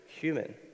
human